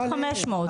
שמיועד לבני המקום,